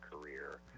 career